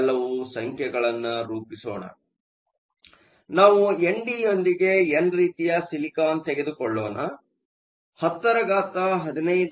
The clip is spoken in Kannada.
ಆದ್ದರಿಂದ ನಾವು ಎನ್ ಡಿ ಯೊಂದಿಗೆ ಎನ್ ರೀತಿಯ ಸಿಲಿಕಾನ್ ತೆಗೆದುಕೊಳ್ಳೋಣ 1015 cm 3